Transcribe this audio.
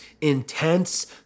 intense